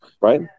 right